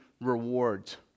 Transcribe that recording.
rewards